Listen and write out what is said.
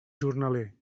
jornaler